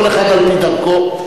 כל אחד על-פי דרכו.